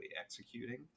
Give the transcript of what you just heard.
executing